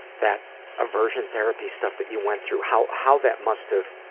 that aversion therapy stuff that you went through. how how that must have